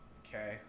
okay